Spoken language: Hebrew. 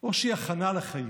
או שהיא הכנה לחיים,